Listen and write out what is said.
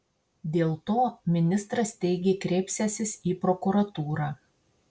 dėl to ministras teigė kreipsiąsis į prokuratūrą